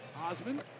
Osman